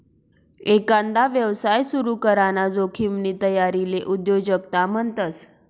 एकांदा यवसाय सुरू कराना जोखिमनी तयारीले उद्योजकता म्हणतस